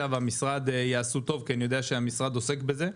והמשרד יעשו טוב כי אני יודע שהמשרד עוסק בזה,